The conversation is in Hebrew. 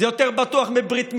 זה יותר בטוח מברית מילה,